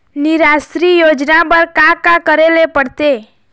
निराश्री योजना बर का का करे ले पड़ते?